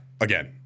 Again